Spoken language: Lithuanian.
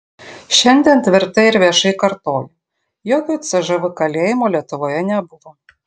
šiandien tvirtai ir viešai kartoju jokio cžv kalėjimo lietuvoje nebuvo